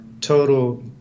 total